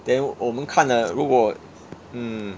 then 我们看了如果 mm